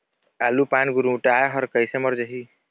आलू पान गुरमुटाए हर कइसे मर जाही?